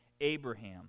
Abraham